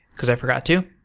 because i forgot to.